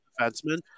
defenseman